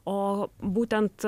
o būtent